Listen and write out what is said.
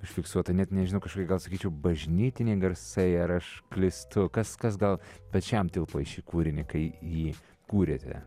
užfiksuota net nežinau kažkokie gal sakyčiau bažnytiniai garsai ar aš klystu kas kas tau pačiam tilpo į šį kūrinį kai jį kūrėte